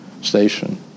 station